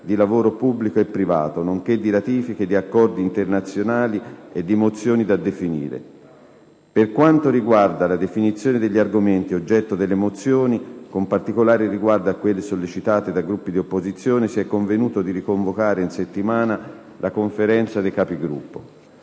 di lavoro pubblico e privato, nonché di ratifiche di accordi internazionali e di mozioni da definire. Per quanto riguarda la definizione degli argomenti oggetto delle mozioni, con particolare riguardo a quelle sollecitate dai Gruppi di opposizione, si è convenuto di riconvocare in settimana la Conferenza dei Capigruppo.